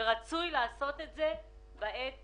שרצוי לעשות את זה בעת